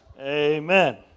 Amen